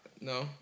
No